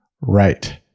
right